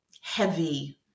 heavy